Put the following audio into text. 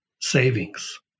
savings